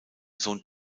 sohn